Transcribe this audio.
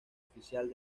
oficial